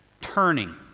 turning